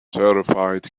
terrified